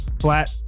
Flat